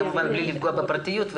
כמובן בלי לפגוע בפרטיות.